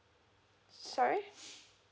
sorry